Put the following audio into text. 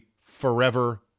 forever